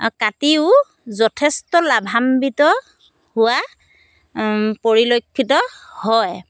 কাটিও যথেষ্ট লাভাম্বিত হোৱা পৰিলক্ষিত হয়